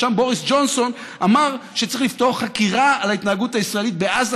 ושם בוריס ג'ונסון אמר שצריך לפתוח חקירה על ההתנהגות הישראלית בעזה,